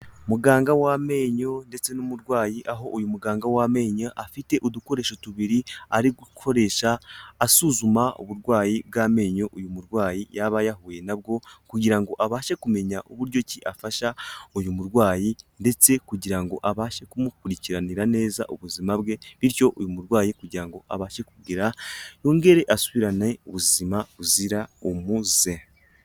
Muganga w'amenyo ndetse n'umurwayi aho uyu muganga w'amenyo afite udukoresho tubiri ari gukoresha asuzuma uburwayi bw'amenyo uyu murwayi yaba yahuye nabwo kugira ngo abashe kumenya uburyo ki afasha uyu murwayi ndetse kugira ngo abashe kumukurikiranira neza ubuzima bwe bityo uyu murwayi kugira ngo abashe kugira yongere asubirane ubuzima buzira umuze.